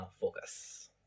Focus